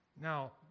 Now